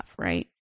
Right